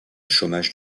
chômage